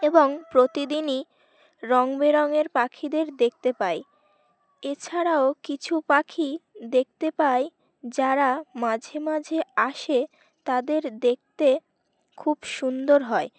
এবং প্রতিদিনই রঙ বেরঙের পাখিদের দেখতে পাই এছাড়াও কিছু পাখি দেখতে পাই যারা মাঝে মাঝে আসে তাদের দেখতে খুব সুন্দর হয়